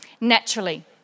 naturally